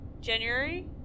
january